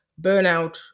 burnout